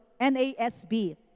NASB